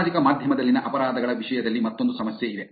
ಸಾಮಾಜಿಕ ಮಾಧ್ಯಮದಲ್ಲಿನ ಅಪರಾಧಗಳ ವಿಷಯದಲ್ಲಿ ಮತ್ತೊಂದು ಸಮಸ್ಯೆ ಇಲ್ಲಿದೆ